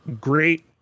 great